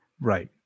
right